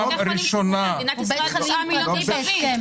במדינת ישראל חסרים בתי חולים ציבוריים.